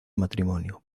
matrimonio